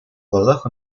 глазах